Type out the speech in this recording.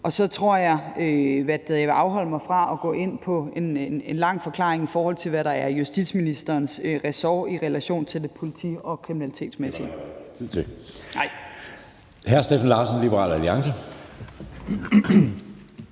Så tror jeg, at jeg vil afholde mig fra at gå ind i en lang forklaring, i forhold til hvad der er justitsministerens ressort i relation til det politi- og kriminalitetsmæssige. Kl. 17:03 Anden næstformand (Jeppe Søe): Det